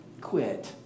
Quit